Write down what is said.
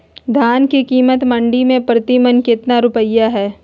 धान के कीमत मंडी में प्रति मन कितना रुपया हाय?